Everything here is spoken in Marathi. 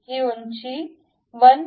ही उंची 1